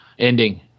ending